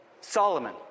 Solomon